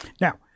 now